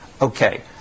Okay